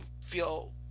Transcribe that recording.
feel